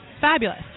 fabulous